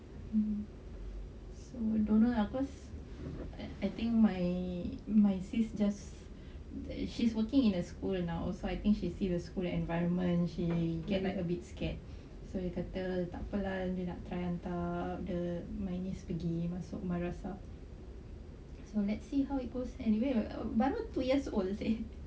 mm so don't know lah cause I think my my sis just that she's working in a school ya now also I think she see the school environment she get like a bit scared so dia kata takpe lah dia nak hantar the my niece pergi masuk madrasah so let's see how it goes anyway baru two years old seh